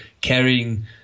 carrying